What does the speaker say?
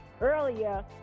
Earlier